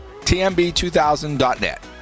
tmb2000.net